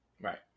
right